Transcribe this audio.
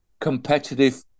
competitive